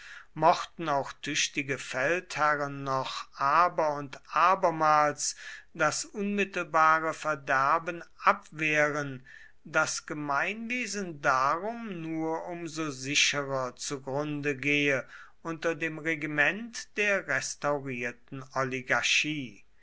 mochten auch tüchtige feldherren noch aber und abermals das unmittelbare verderben abwehren das gemeinwesen darum nur um so sicherer zu grunde gehe unter dem regiment der restaurierten oligarchie